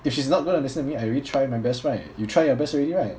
if she's not going to listen to me I already try my best right you try your best already right